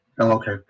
okay